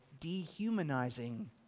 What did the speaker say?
dehumanizing